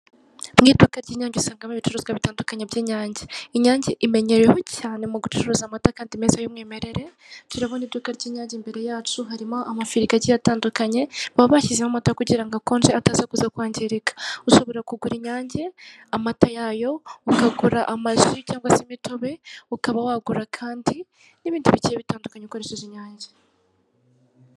Mu iduka ry'inyange usangamo ibicuruzwa bitandukanye by'inyange. Imenyereweho cyane mu gucuruza amata kandi meza cyane y'umwimerere, turahabona iduka ry'inyange rimo amafirigo agiye atandukanye bababashyizemo amata kugira ngo akonje ataza kuza kwangirika ushobora kugura inyange, ukaba wagura amata yabo cyangwa ukaba amaji cyangwa imitobe byabo, ukaba wagura kandi n'ibindi bigiye bitandukanye ukoresheje inyange.